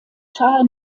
charles